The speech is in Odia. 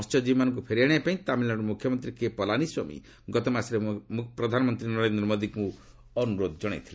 ମହ୍ୟଜୀବୀମାନଙ୍କୁ ଫେରାଇ ଆଣିବାପାଇଁ ତାମିଲ୍ନାଡୁ ମୁଖ୍ୟମନ୍ତ୍ରୀ କେ ପଲାନୀସ୍ୱାମୀ ଗତମାସରେ ପ୍ରଧାନମନ୍ତ୍ରୀ ନରେନ୍ଦ୍ର ମୋଦିଙ୍କୁ ଅନ୍ତରୋଧ କରିଥିଲେ